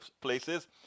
places